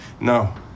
No